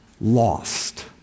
lost